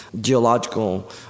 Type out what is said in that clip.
geological